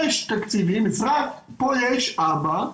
יש תקציבים, פה יש אבא,